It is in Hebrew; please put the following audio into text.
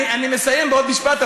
אני מסיים בעוד משפט,